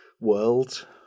world